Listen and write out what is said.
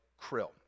krill